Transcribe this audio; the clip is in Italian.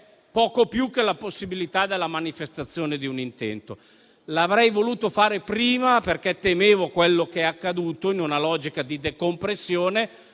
poco più di una manifestazione d'intento. L'avrei voluto fare prima perché temevo quello che è accaduto, in una logica di decompressione,